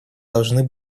должны